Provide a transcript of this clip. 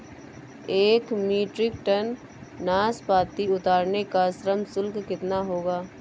एक metric ton नाशपाती उतारने का श्रम शुल्क कितना होगा?